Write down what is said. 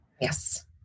Yes